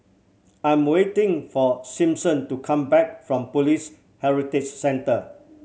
I'm waiting for Simpson to come back from Police Heritage Centre